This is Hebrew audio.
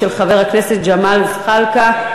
של חבר הכנסת ג'מאל זחאלקה.